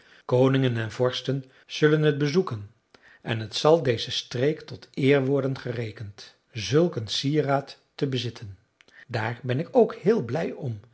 koningen en vorsten zullen het bezoeken en het zal deze streek tot eer worden gerekend zulk een sieraad te bezitten daar ben ik ook heel blij om